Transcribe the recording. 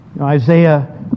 Isaiah